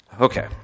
Okay